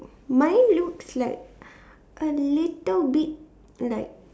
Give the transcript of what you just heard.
mine looks like a little bit like